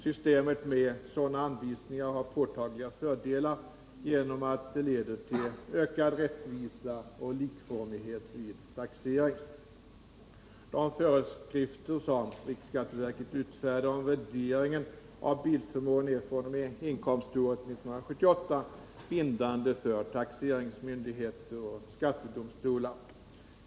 Systemet med sådana anvisningar har påtagliga fördelar genom att det leder till ökad rättvisa och likformighet vid taxering.